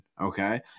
okay